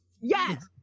Yes